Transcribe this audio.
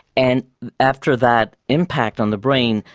and after that impact on the brain,